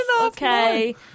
Okay